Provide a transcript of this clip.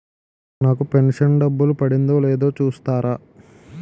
నా pension డబ్బులు పడిందో లేదో చూస్తారా?